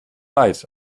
leid